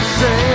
say